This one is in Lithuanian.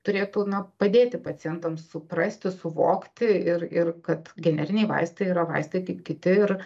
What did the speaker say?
turėtų na padėti pacientams suprasti suvokti ir ir kad generiniai vaistai yra vaistai kaip kiti ir